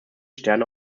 sterne